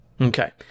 Okay